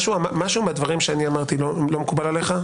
משהו מהדברים שאמרתי, לא מקובל עליך?